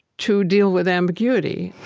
to deal with ambiguity.